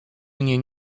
mnie